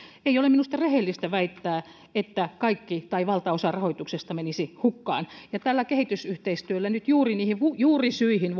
ei ole minusta rehellistä väittää että kaikki tai valtaosa rahoituksesta menisi hukkaan ja tällä kehitysyhteistyöllä nyt voidaan puuttua juuri niihin juurisyihin